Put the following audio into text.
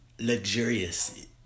luxurious